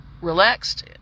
relaxed